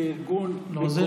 זה ארגון מקומי,